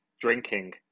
drinking